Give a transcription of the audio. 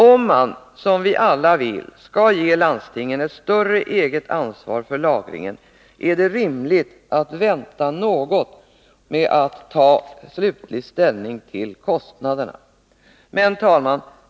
Om man, som vi alla vill, skall ge landstingen ett eget ansvar för lagringen, är det rimligt att vänta något med att ta slutlig ställning till kostnaderna. Herr talman!